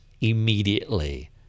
immediately